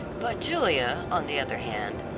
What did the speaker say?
but julia, on the other hand,